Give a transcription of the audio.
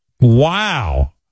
Wow